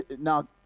now